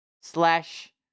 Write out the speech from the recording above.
Slash